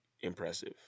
impressive